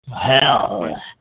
Hell